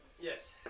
Yes